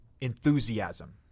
enthusiasm